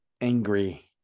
angry